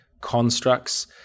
constructs